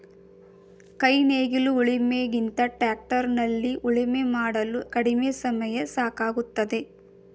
ಕೈ ನೇಗಿಲು ಉಳಿಮೆ ಗಿಂತ ಟ್ರ್ಯಾಕ್ಟರ್ ನಲ್ಲಿ ಉಳುಮೆ ಮಾಡಲು ಕಡಿಮೆ ಸಮಯ ಸಾಕಾಗುತ್ತದೆ